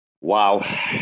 wow